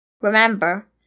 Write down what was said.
Remember